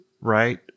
right